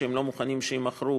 שהם לא מוכנים שיימכרו